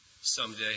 someday